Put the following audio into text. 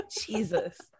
Jesus